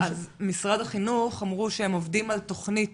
משרד החינוך אמרו שהם עובדים על תוכנית